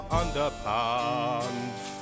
underpants